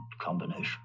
combination